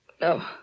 No